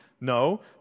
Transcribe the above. No